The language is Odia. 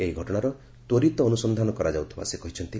ଏହି ଘଟଣାର ତ୍ୱରିତ ଅନୁସନ୍ଧାନ କରାଯାଉଥିବା ସେ କହିଛନ୍ତି